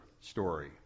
story